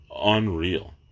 Unreal